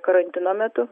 karantino metu